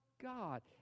God